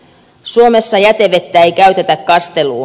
suomessa jätevettä ei käytetä kasteluun